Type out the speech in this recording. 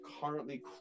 currently